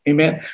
Amen